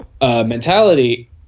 mentality